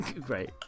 Great